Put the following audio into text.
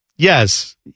Yes